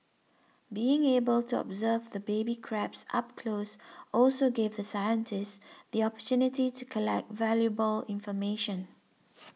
being able to observe the baby crabs up close also gave the scientists the opportunity to collect valuable information